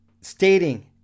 stating